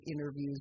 interviews